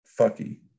fucky